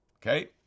Okay